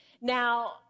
Now